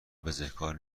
بزهکار